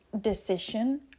decision